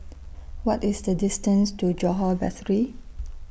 What IS The distance to Johore Battery